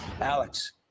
Alex